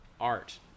art